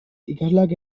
ikasleak